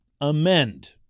amend